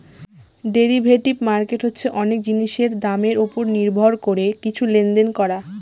derivative market হচ্ছে অনেক জিনিসের দামের ওপর নির্ভর করে কিছু লেনদেন করা